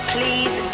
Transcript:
Please